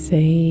Say